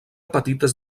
petites